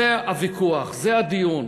זה הוויכוח, זה הדיון.